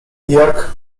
jaki